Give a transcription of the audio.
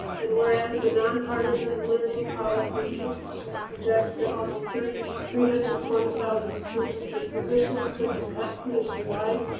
and whereas the nonpartisan learning policy institute projects that almost three three hundred and twenty thousand school district positions could be cut nationwide.